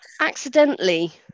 accidentally